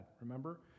Remember